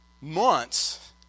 months